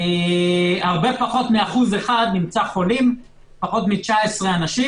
הרבה פחות מאוז אחד נמצא חולים - פחות מ-19 אנשים.